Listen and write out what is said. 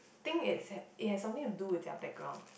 think it's has it has something to do with their background